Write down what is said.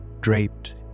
draped